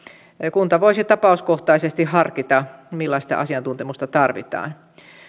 kunta voisi tapauskohtaisesti harkita millaista asiantuntemusta tarvitaan